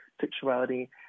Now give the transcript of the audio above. sexuality